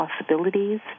possibilities